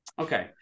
Okay